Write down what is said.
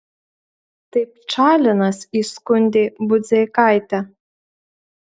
tai pčalinas įskundė budzeikaitę